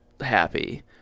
happy